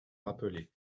rappelées